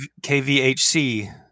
KVHC